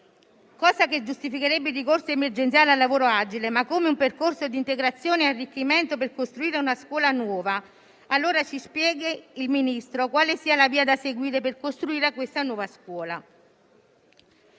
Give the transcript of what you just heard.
cosa che giustificherebbe il ricorso emergenziale al lavoro agile - ma come un percorso di integrazione e arricchimento per costruire una scuola nuova, allora ci spieghi il Ministro quale sia la via da seguire per costruire questa nuova scuola.